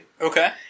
Okay